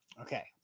Okay